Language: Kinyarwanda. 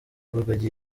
rugagi